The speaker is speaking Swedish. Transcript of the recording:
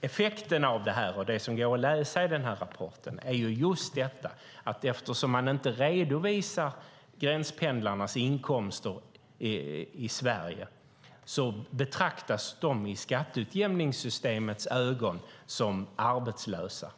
Effekten av detta, och det som går att läsa i rapporten, är att eftersom man inte redovisar gränspendlarnas inkomster i Sverige betraktas de i skatteutjämningssystemets ögon som arbetslösa.